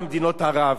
לא מדבר על סין,